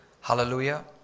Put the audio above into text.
Hallelujah